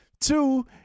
Two